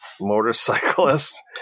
motorcyclist